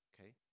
Okay